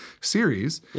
series